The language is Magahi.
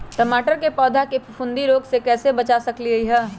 टमाटर के पौधा के फफूंदी रोग से कैसे बचा सकलियै ह?